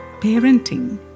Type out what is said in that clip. parenting